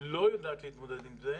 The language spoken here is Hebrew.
לא יודעת להתמודד עם זה,